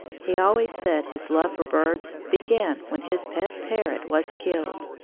he always said his love for birds began when his pet parrot was killed.